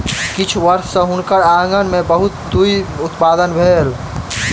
किछ वर्ष सॅ हुनकर आँगन में बहुत तूईत उत्पादन भेल